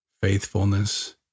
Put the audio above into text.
faithfulness